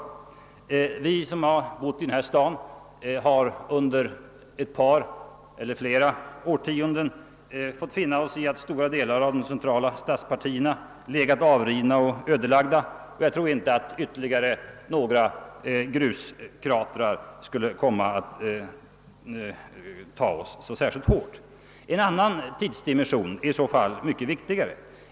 Vi som bott i denna stad har under åtminstone ett par årtionden fått finna oss i att stora delar av de centrala stadspartierna legat avrivna och ödelagda, och jag tror inte att vi skulle ta åt oss särskilt mycket av ytterligare några gruskratrar. En annan tidsdimension är i så fall mycket viktigare.